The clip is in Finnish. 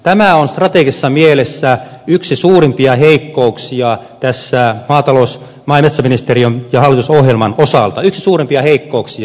tämä on strategisessa mielessä yksi suurimpia heikkouksia tässä maa ja metsätalousministeriön ja hallitusohjelman osalta yksi suurimpia heikkouksia